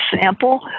sample